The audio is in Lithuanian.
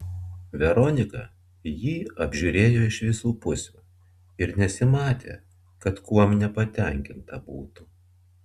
veronika jį apžiūrėjo iš visų pusių ir nesimatė kad kuom nepatenkinta būtų